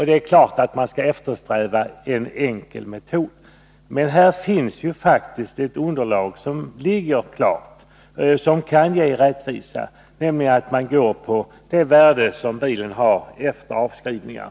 Det är klart att man skall eftersträva en enkel metod, men här finns det faktiskt ett utarbetat underlag för en metod som kan ge rättvisa, nämligen att man går på det värde som bilen har efter avskrivningar.